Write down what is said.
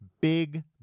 Big